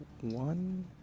One